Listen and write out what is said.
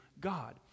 God